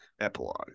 Epilogue